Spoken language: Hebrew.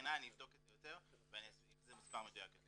במכינה אני אבדוק את זה יותר ואני אחזור עם מספר מדויק.